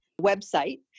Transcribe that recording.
website